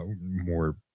more